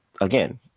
again